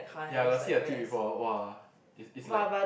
ya I got see a tube before !wah! is is like